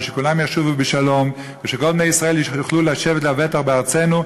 ושכולם ישובו בשלום ושכל בני ישראל יוכלו לשבת לבטח בארצנו,